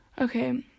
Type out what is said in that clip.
Okay